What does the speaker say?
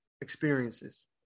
experiences